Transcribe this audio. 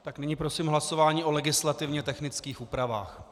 Tak nyní prosím hlasování o legislativně technických úpravách.